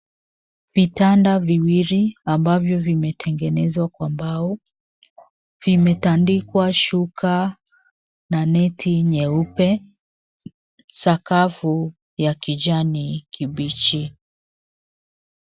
Vitanda viwili ambavyo vimetengezwa kwa mbao, vimetandikwa shuka na neti nyeupe. Sakafu ya kijani kibichi.